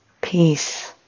peace